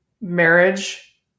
marriage